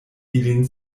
ilin